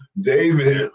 David